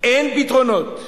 אין פתרונות.